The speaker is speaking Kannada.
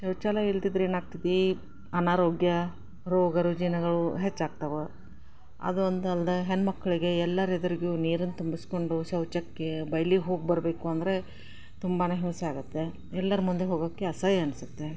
ಶೌಚಾಲಯ ಇಲ್ಲದಿದ್ರೆ ಏನಾಗ್ತಿತ್ತು ಈ ಅನಾರೋಗ್ಯ ರೋಗರುಜಿನಗಳು ಹೆಚ್ಚಾಗ್ತವೆ ಅದು ಒಂದಲ್ಲದೆ ಹೆಣ್ಣುಮಕ್ಳಿಗೆ ಎಲ್ಲರೆದುರಿಗೂ ನೀರನ್ನು ತುಂಬಿಸಿಕೊಂಡು ಶೌಚಕ್ಕೆ ಬೈಲಿಗೆ ಹೋಗಿಬರ್ಬೇಕು ಅಂದರೆ ತುಂಬ ಹಿಂಸೆ ಆಗುತ್ತೆ ಎಲ್ಲರ ಮುಂದೆ ಹೋಗೋಕ್ಕೆ ಅಸಹ್ಯ ಅನಿಸುತ್ತೆ